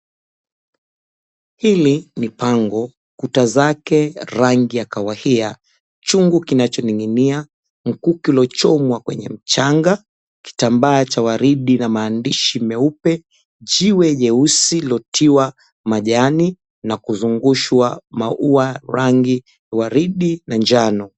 Hili ni pango, kuta zake rangi ya kahawia. Chungu kinachoning'inia, mkuki uliochomwa kwenye mchanga, kitambaa cha waridi na maandishi meupe, jiwe nyeusi lililotiwa majani na kuzungushwa maua rangi waridi na njano.